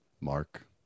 Mark